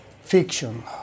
fiction